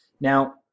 Now